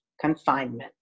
confinement